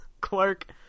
Clark